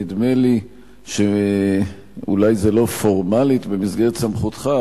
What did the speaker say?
נדמה לי שאולי זה לא פורמלית במסגרת סמכותך,